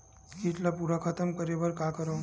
कीट ला पूरा खतम करे बर का करवं?